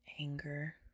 Anger